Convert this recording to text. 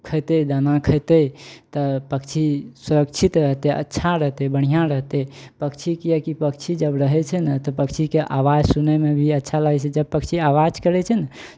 खयतै दाना खयतै तऽ पक्षी सुरक्षित रहतै अच्छा रहतै बढ़िआँ रहतै पक्षी किएकि पक्षी जब रहै छै ने तऽ पक्षीके आवाज सुनयमे भी अच्छा लागै छै जब पक्षी आवाज करै छै ने